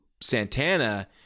Santana